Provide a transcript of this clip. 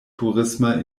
turisma